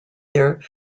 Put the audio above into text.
their